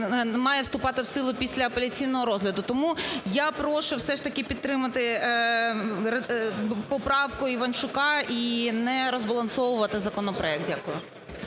має вступати в силу після апеляційного розгляду. Тому я прошу все ж таки підтримати поправку Іванчука і не розбалансовувати законопроект. Дякую.